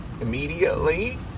immediately